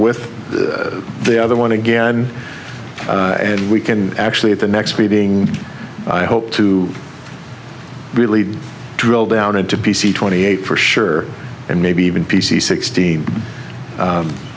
with the other one again and we can actually at the next meeting i hope to really drill down into p c twenty eight for sure and maybe even p c sixteen